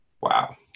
Wow